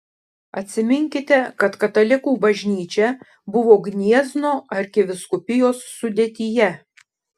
atsiminkite kad katalikų bažnyčia buvo gniezno arkivyskupijos sudėtyje